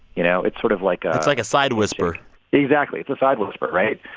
you know? it's sort of like a. it's like a side whisper exactly. it's a side whisper, right?